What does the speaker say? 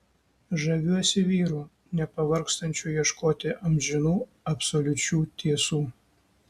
žaviuosi vyru nepavargstančiu ieškoti amžinų absoliučių tiesų